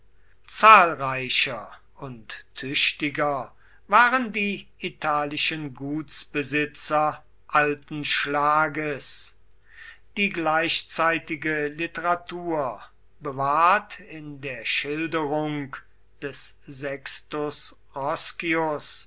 zahlreicher und tüchtiger waren die italischen gutsbesitzer alten schlages die gleichzeitige literatur bewahrt in der schilderung des sextus roscius